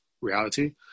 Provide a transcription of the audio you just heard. reality